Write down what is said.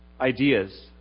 ideas